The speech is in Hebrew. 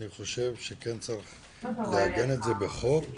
אני חושב שכן צריך לעגן את זה בחוק,